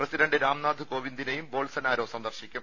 president Ramnath കോവിന്ദിനെയും Bolsonaro സന്ദർശിക്കും